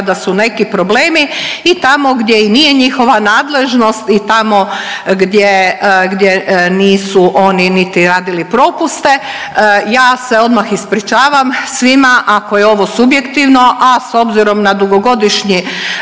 kada su neki problemi i tamo gdje i nije njihova nadležnost i tamo gdje nisu oni niti radili propuste ja se odmah ispričavam svima ako je ovo subjektivno, a s obzirom na dugogodišnji